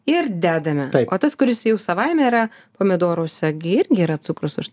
ir dedame o tas kuris jau savaime yra pomidoruose gi irgi yra cukrus aš